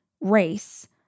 race